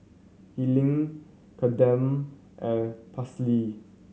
Helyn Kadeem and Paisley